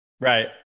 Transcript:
Right